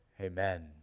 amen